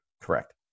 Correct